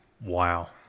wow